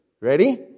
Ready